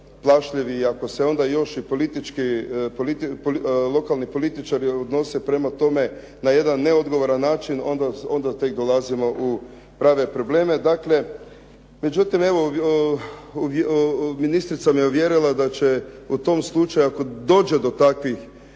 plašljiv i ako se onda još lokalni političari odnose prema tome na jedan neodgovoran način onda tek dolazimo u prave probleme. Međutim, evo ministrica me uvjerila da će u tom slučaju ako dođe do takvih